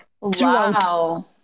Wow